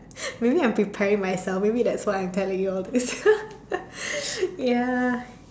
maybe I'm preparing myself maybe that's why I'm telling you all this ya